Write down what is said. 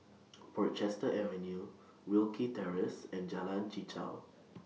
Portchester Avenue Wilkie Terrace and Jalan Chichau